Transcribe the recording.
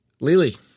Lily